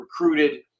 recruited